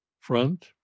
Front